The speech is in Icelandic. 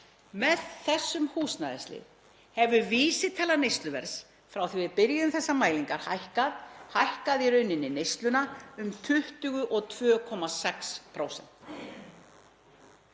Með þessum húsnæðislið hefur vísitala neysluverðs, frá því við byrjuðum þessar mælingar, hækkað í rauninni neysluna um 22,6%.